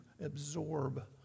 absorb